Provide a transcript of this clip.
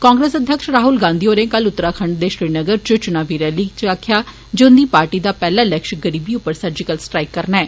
कांग्रेस अध्यक्ष राहुल गांधी होरें कल उत्तराखंड दे श्रीनगर इच चुनावी रैली इच आक्खेआ जे उन्दी पार्टी दा पैहला लक्ष्य गरीबी उप्पर सर्जिकल स्ट्राइक करना ऐ